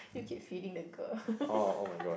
you keep feeding the girl